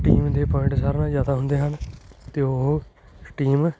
team ਦੇ point ਸਾਰਿਆਂ ਨਾਲੋਂ ਜ਼ਿਆਦਾ ਹੁੰਦੇ ਹਨ ਅਤੇ ਉਹ ਟੀਮ